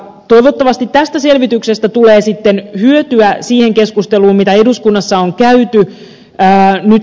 toivottavasti tästä selvityksestä tulee sitten hyötyä siihen keskusteluun mitä eduskunnassa on käyty